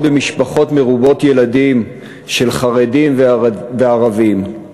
במשפחות מרובות ילדים של חרדים וערבים.